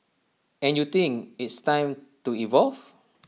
and you think it's time to evolve